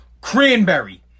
cranberry